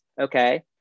Okay